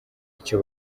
ibyo